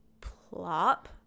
Plop